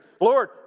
Lord